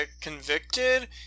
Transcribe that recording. convicted